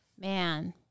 man